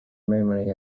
memory